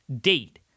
date